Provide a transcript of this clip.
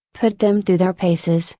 put them through their paces,